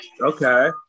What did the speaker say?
Okay